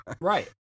Right